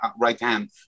right-hand